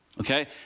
Okay